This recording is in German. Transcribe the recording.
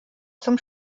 zum